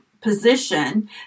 position